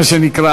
מה שנקרא,